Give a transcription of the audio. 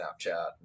Snapchat